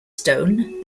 stone